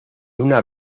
una